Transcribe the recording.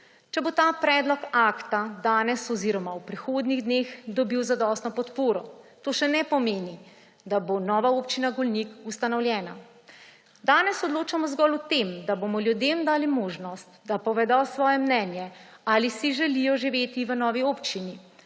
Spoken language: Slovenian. Če bo ta predlog akta danes oziroma v prihodnjih dneh dobil zadostno podporo, to še ne pomeni, da bo nova Občina Golnik ustanovljena. Danes odločamo zgolj o tem, da bomo ljudem dali možnost, da povedo svoje mnenje, ali si želijo živeti v novi občini.